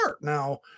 Now